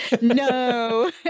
No